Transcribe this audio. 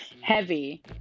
Heavy